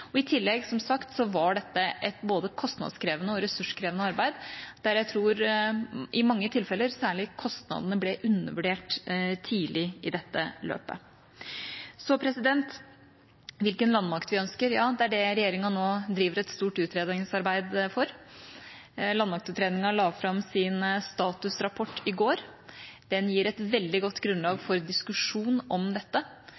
forutsett. I tillegg var dette, som sagt, både et kostnadskrevende og ressurskrevende arbeid, der jeg tror i mange tilfeller særlig kostnadene ble undervurdert tidlig i dette løpet. Så til hvilken landmakt vi ønsker. Det er det regjeringa nå driver et stort utredningsarbeid om. Landmaktutredningen la fram sin statusrapport i går. Den gir et veldig godt grunnlag